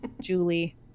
Julie